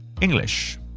English